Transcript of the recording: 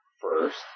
first